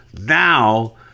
now